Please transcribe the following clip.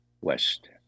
West